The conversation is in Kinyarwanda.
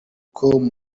com